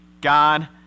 God